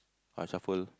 I suffer